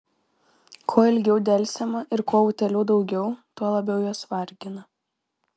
kuo ilgiau delsiama ir kuo utėlių daugiau tuo labiau jos vargina